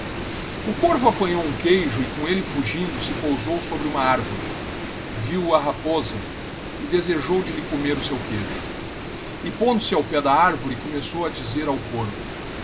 o corvo apanhou hum queijo econi elle fugindo se pousou sobre huma arvore vio o a raposa e desejou de lhe comer o seu queijo e pondo-se ao pé da arvore começou a dizer ao corvo